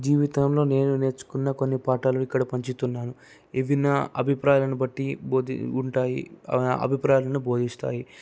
జీవితంలో నేను నేర్చుకున్న కొన్ని పాఠాలు ఇక్కడ పంచుతున్నాను ఇవి నా అభిప్రాయాన్ని బట్టి బోధి ఉంటాయి అభిప్రాయాలను బోధిస్తాయి